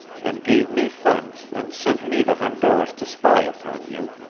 and gave me funds and sent me to honduras to spy upon you.